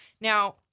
Now